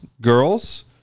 girls